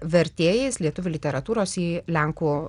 vertėjais lietuvių literatūros į lenkų